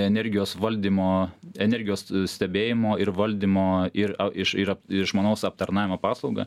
energijos valdymo energijos stebėjimo ir valdymo ir iš yra išmanaus aptarnavimo paslauga